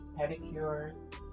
pedicures